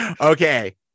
okay